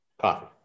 Coffee